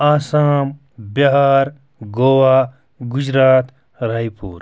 آسام بِہار گوا گُجرات راے پوٗر